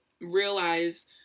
realize